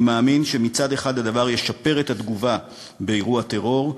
אני מאמין שמצד אחד הדבר ישפר את התגובה באירוע טרור,